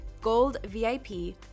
GOLDVIP